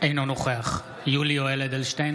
אינו נוכח יולי יואל אדלשטיין,